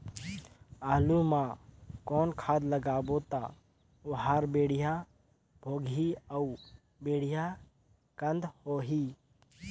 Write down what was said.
आलू मा कौन खाद लगाबो ता ओहार बेडिया भोगही अउ बेडिया कन्द होही?